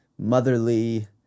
Motherly